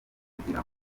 kugira